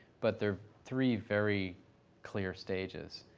but they're three very clear stages.